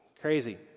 Crazy